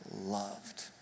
loved